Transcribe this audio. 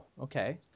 Okay